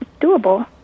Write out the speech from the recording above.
doable